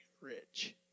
rich